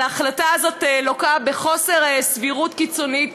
ההחלטה הזאת לוקה בחוסר סבירות קיצוני,